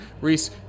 Reese